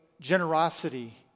generosity